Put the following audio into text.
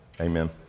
Amen